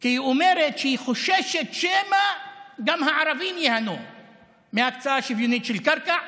כי היא אומרת שהיא חוששת שמא גם הערבים ייהנו מהקצאה שוויוניות של קרקע,